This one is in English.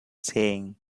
saying